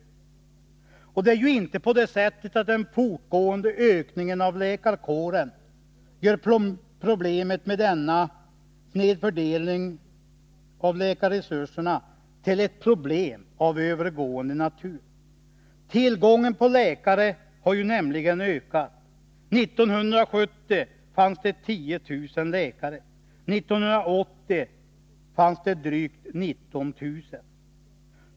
Och den fortgående ökningen av läkarkåren gör inte problemet med denna snedfördelning av läkarresurserna till ett problem av övergående natur. Tillgången på läkare har nämligen ökat. År 1970 fanns det 10 000 läkare. År 1980 fanns det drygt 19 000.